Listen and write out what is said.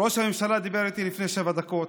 ראש הממשלה דיבר איתי לפני שבע דקות.